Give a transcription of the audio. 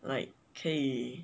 like 可以